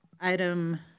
item